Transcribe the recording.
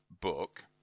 book